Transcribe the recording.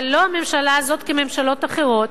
אבל לא הממשלה הזאת כממשלות אחרות,